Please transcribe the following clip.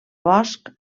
bosc